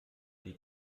die